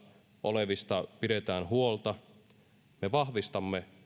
olevista pidetään huolta me vahvistamme